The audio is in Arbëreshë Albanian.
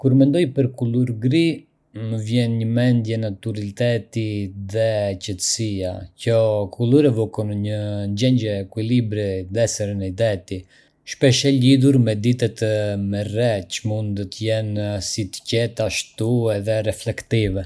Kur mendoj për kulur gri, më vjen në mendje neutraliteti dhe qetësia. Kjo kulur evokon një ndjenjë ekuilibri dhe sereniteti, shpesh e lidhur me ditët me re që mund të jenë si të qeta ashtu edhe reflektive.